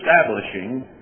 establishing